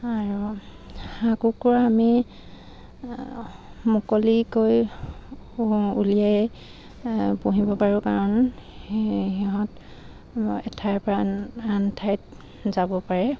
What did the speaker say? আৰু হাঁহ কুকুৰা আমি মুকলিকৈ উলিয়াই পুহিব পাৰোঁ কাৰণ সিহঁত এঠাইৰপৰা আন আন ঠাইত যাব পাৰে